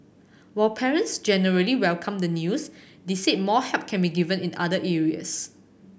while parents generally welcomed the news they said more help can be given in other areas